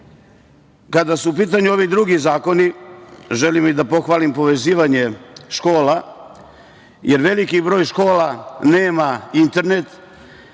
su u pitanju ovi drugi zakoni, želim i da pohvalim povezivanje škola, jer veliki broj škola nema internet,